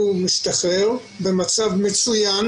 הוא משתחרר במצב מצוין